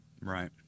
right